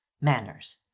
Manners